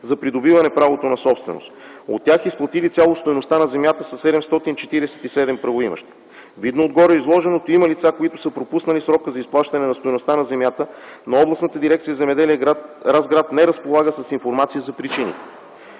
за придобиване правото на собственост, от тях изплатили изцяло стойността на земята са 747 правоимащи. Видно от гореизложеното, има лица, които са пропуснали срока за изплащане на стойността на земята, но Областната дирекция „Земеделие” - гр. Разград, не разполага с информация за причините.